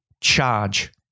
charge